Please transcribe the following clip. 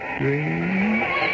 dreams